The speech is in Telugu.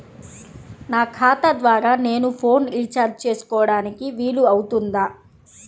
నా ఖాతా ద్వారా నేను ఫోన్ రీఛార్జ్ చేసుకోవడానికి వీలు అవుతుందా?